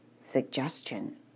suggestion